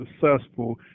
successful